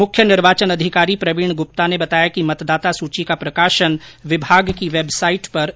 मुख्य निर्वाचन अधिकारी प्रवीण गुप्ता ने बताया कि मतदाता सूची का प्रकाशन विभाग की वेबसाइट पर कर दिया गया है